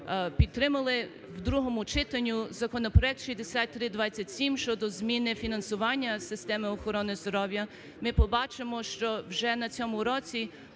підтримали в другому читанні законопроект 6327 щодо зміни фінансування системи охорони здоров'я, ми побачимо, що вже на цьому році